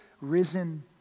risen